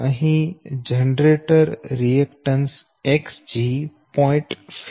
અહી generator reactance Xg 0